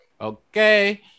Okay